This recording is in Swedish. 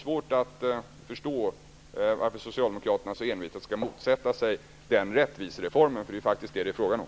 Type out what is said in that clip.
Jag har mycket svårt att förstå varför Socialdemokraterna så envetet motsätter sig den rättvisereformen -- det är faktiskt vad det är fråga om.